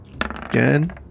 Again